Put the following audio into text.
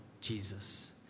Jesus